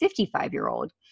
55-year-old